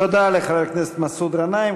תודה לחבר הכנסת מסעוד גנאים.